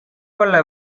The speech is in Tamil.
கொள்ள